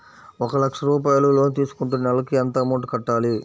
ఒక లక్ష రూపాయిలు లోన్ తీసుకుంటే నెలకి ఎంత అమౌంట్ కట్టాలి?